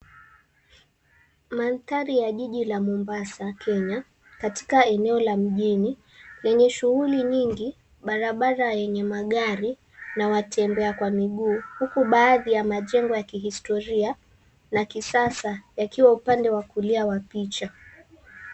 Mandari ya jiji la Mombasa Kenya, katika eneo la mjini, lenye shughuli nyingi, barabara yenye magari na watembea kwa miguu. Huku baadhi ya majengo ya kihistoria na kisasa yakiwa upande wa kulia wa picha.